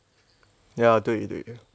ya 对对